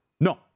No